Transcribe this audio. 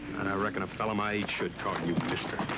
and i reckon a fella my age should call you mister.